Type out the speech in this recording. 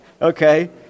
Okay